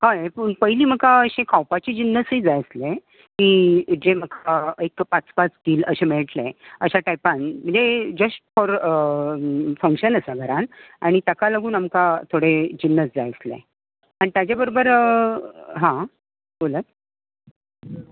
हय पयलीं म्हाका अशें खावपाचे जिनसूत जाय आसले जे म्हाका अशें पांच पांच किल अशें मेळटलें म्हणजे जस्ट फोर फन्कशन आसा घरांन आनी ताका लागून आमकां थोडे जिनस जाय आसले आनी ताज्या बरोबर अ हां बोलात